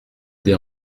des